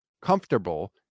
comfortable